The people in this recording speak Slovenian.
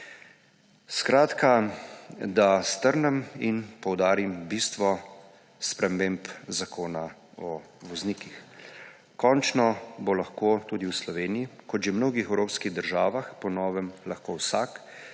Skratka, da strnem in poudarim bistvo sprememb Zakona o voznikih. Končno bo lahko tudi v Sloveniji, kot že v mnogih evropskih državah, po novem vsak,